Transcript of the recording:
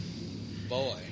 Boy